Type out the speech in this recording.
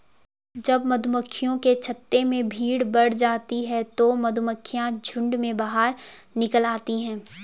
जब मधुमक्खियों के छत्ते में भीड़ बढ़ जाती है तो मधुमक्खियां झुंड में बाहर निकल आती हैं